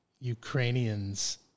Ukrainians